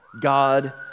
God